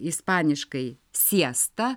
ispaniškai siesta